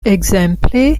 ekzemple